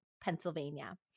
Pennsylvania